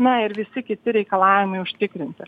na ir visi kiti reikalavimai užtikrinti